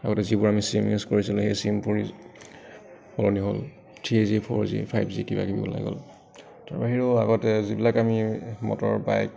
আগতে যিবোৰ আমি চিম ইউজ কৰিছিলোঁ সেই চিমবোৰ সলনি হ'ল three G four G five G কিবাকিবি ওলাই গ'ল তাৰ বাহিৰেও আগতে যিবিলাক আমি মটৰ বাইক